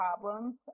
problems